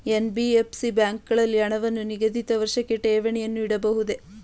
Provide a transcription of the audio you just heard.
NBFC ಬ್ಯಾಂಕುಗಳಲ್ಲಿ ಹಣವನ್ನು ನಿಗದಿತ ವರ್ಷಕ್ಕೆ ಠೇವಣಿಯನ್ನು ಇಡಬಹುದೇ?